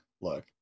Look